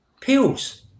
pills